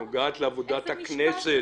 היא נוגעת לעבודת הכנסת,